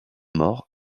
morts